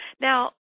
Now